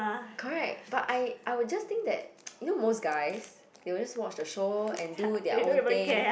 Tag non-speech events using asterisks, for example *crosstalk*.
correct but I I would just think that *noise* you know most guys they will just watch their show and do their own thing